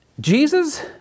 Jesus